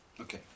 okay